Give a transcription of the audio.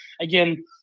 again